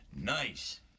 Nice